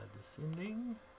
descending